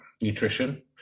Nutrition